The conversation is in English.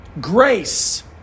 grace